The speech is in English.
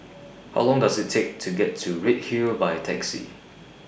How Long Does IT Take to get to Redhill By Taxi